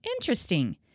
Interesting